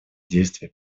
действия